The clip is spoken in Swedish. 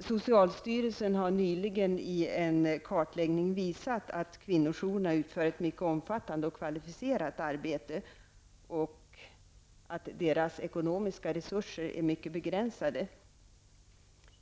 Socialstyrelsen har nyligen i en kartläggning visat att kvinnojourerna utför ett mycket omfattande och kvalificerat arbete och att deras ekonomiska resurser är mycket begränsade.